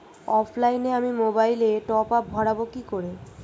অফলাইনে আমি মোবাইলে টপআপ ভরাবো কি করে?